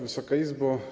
Wysoka Izbo!